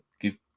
give